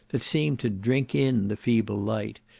that seemed to drink in the feeble light,